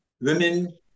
women